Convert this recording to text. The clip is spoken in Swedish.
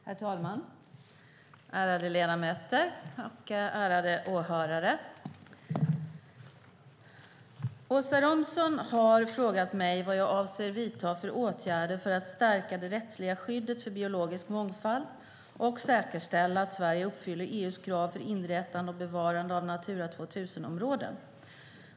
Herr talman! Ärade ledamöter och ärade åhörare! Åsa Romson har frågat mig vad jag avser att vidta för åtgärder för att stärka det rättsliga skyddet för biologisk mångfald och säkerställa att Sverige uppfyller EU:s krav för inrättande och bevarande av Natura 2000-områden.